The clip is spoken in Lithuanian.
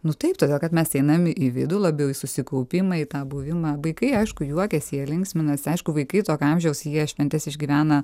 nu taip todėl kad mes einam į vidų labiau į susikaupimą į tą buvimą vaikai aišku juokiasi jie linksminasi aišku vaikai tokio amžiaus jie šventes išgyvena